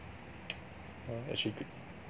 ah actually good